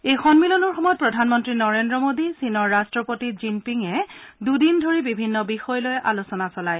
এই সন্মিলনৰ সময়ত প্ৰধানমন্ত্ৰী নৰেন্দ্ৰ মোডী চীনৰ ৰাট্টপতি জিন পিঙে দুদিনধৰি বিভিন্ন বিষয় লৈ আলোচনা চলায়